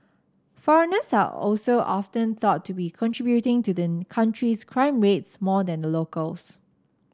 foreigners are also often thought to be contributing to the country's crime rates more than the locals